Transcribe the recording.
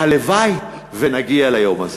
והלוואי שנגיע ליום הזה.